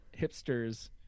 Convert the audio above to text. hipsters